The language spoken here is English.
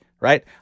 right